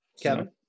Kevin